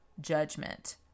judgment